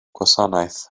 gwasanaeth